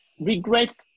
Regrets